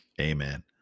Amen